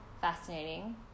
fascinating